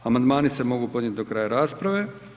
Amandmani se mogu podnijet do kraja rasprave.